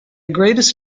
greatest